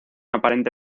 aparente